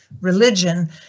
religion